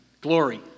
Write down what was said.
Glory